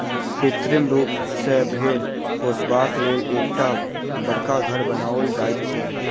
कृत्रिम रूप सॅ भेंड़ पोसबाक लेल एकटा बड़का घर बनाओल जाइत छै